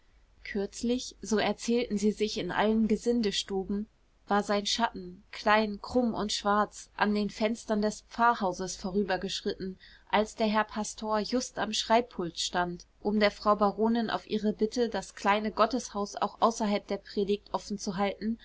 kürzlich so erzählten sie sich in allen gesindestuben war sein schatten klein und krumm und schwarz an den fenstern des pfarrhauses vorübergeschritten als der herr pastor just am schreibpult stand um der frau baronin auf ihre bitte das kleine gotteshaus auch außerhalb der predigt offen zu halten